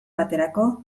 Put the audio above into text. baterako